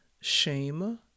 shame